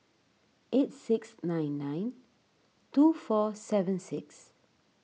eight six nine nine two four seven six